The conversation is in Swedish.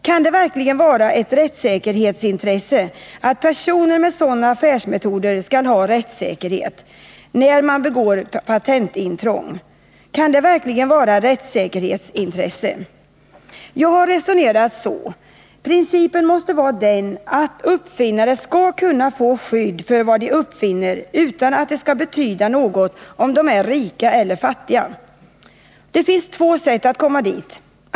Kan det verkligen vara ett rättssäkerhetsintresse att personer med sådana affärsmetoder skall ha rättssäkerhet när de begår patentintrång? Kan det verkligen vara ett rättssäkerhetsintresse? Jag har resonerat som så, att principen måste vara att uppfinnare skall kunna få skydd för vad de uppfinner utan att det skall betyda något om de är rika eller fattiga. Det finns två sätt att komma dit.